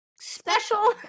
special